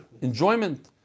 enjoyment